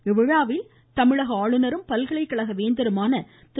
இவ்விழாவில் தமிழக ஆளுநரும் பல்கலைக்கழக வேந்தருமான திரு